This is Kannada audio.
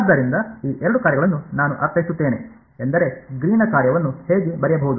ಆದ್ದರಿಂದ ಈ ಎರಡು ಕಾರ್ಯಗಳನ್ನು ನಾನು ಅರ್ಥೈಸುತ್ತೇನೆ ಎಂದರೆ ಗ್ರೀನ್ನ ಕಾರ್ಯವನ್ನು ಹೇಗೆ ಬರೆಯಬಹುದು